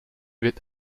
wird